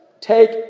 take